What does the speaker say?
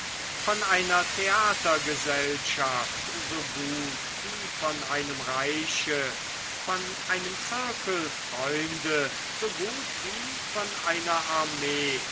von einer theatergesellschaft so gut wie von einem reiche von einem zirkel freunde so gut wie von einer armee